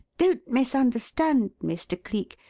don't misunderstand, mr. cleek.